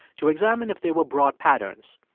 to examine if there were broad patterns,